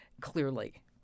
clearly